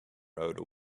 rode